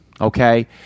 Okay